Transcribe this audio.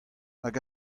hag